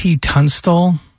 Tunstall